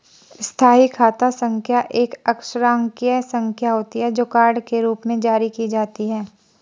स्थायी खाता संख्या एक अक्षरांकीय संख्या होती है, जो कार्ड के रूप में जारी की जाती है